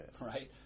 Right